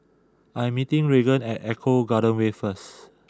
I am meeting Regan at Eco Garden Way first